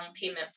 payment